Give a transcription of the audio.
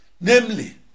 Namely